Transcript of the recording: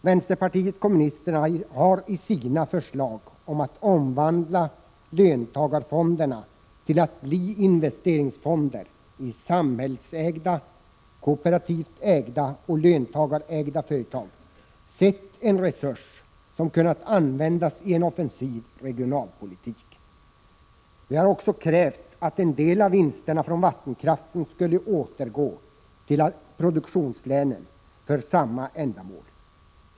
Vänsterpartiet kommunisterna har i sina förslag att omvandla löntagarfonderna till investeringsfonder i samhällsägda, kooperativt ägda och löntagarägda företag sett en resurs som kunnat användas i en offensiv regionalpolitik. Vi har också krävt att en del av vinsterna från vattenkraften skulle återgå till produktionslänen för samma ändamål.